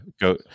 go